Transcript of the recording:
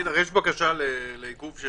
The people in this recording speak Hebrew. בקשה לעיכוב של